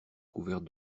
couverts